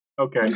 okay